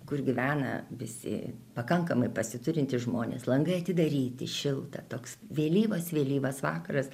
kur gyvena visi pakankamai pasiturintys žmonės langai atidaryti šilta toks vėlyvas vėlyvas vakaras